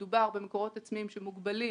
אז יהיה מדובר במקורות עצמיים שמוגבלים